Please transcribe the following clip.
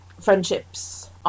friendships